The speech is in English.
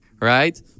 right